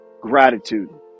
gratitude